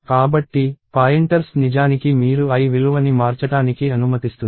కాబట్టి పాయింటర్స్ నిజానికి మీరు l విలువని మార్చటానికి అనుమతిస్తుంది